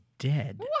dead